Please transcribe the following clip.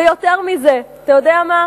ויותר מזה, אתה יודע מה,